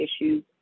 issues